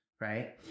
right